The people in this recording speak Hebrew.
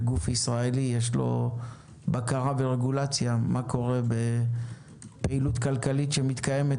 שלגוף ישראלי יש בקרה ורגולציה מה קורה בפעילות כלכלית שמתקיימת